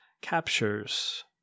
captures